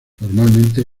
normalmente